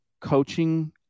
coaching